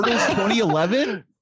2011